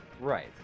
Right